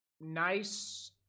nice